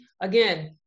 Again